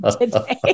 today